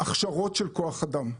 הכשרות של כוח אדם,